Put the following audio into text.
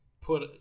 put